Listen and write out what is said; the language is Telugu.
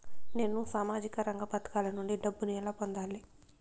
నేను సామాజిక రంగ పథకాల నుండి డబ్బుని ఎలా పొందాలి?